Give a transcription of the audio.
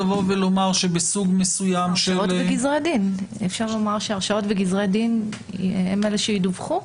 אפשר אולי לומר שהרשעות וגזרי דין הם אלה שידווחו.